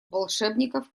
волшебников